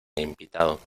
invitado